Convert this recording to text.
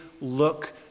look